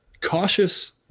cautious